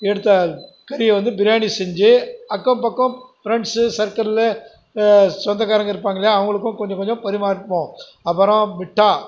எடுத்த கறியை வந்து பிரியாணி செஞ்சு அக்கம் பக்கம் ஃப்ரெண்ட்ஸ்ஸு சர்க்குள்லில் சொந்தக்காரங்க இருப்பாங்கல்லையா அவங்களுக்கும் கொஞ்ச கொஞ்சம் பரிமாறிப்போம் அப்புறம் மிட்டா